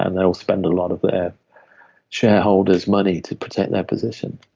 and they will spend a lot of their shareholders' money to protect their position.